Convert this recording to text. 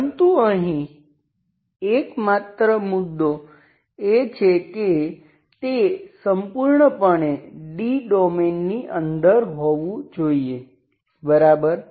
પરંતુ અહીં એકમાત્ર મુદ્દો એ છે કે તે સંપૂર્ણપણે D ડોમેઈનની અંદર હોવું જોઈએ બરાબર